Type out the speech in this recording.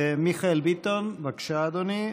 מיכאל ביטון, בבקשה, אדוני.